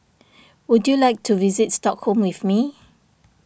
would you like to visit Stockholm with me